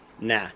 nah